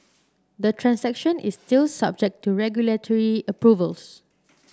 the transaction is still subject to regulatory approvals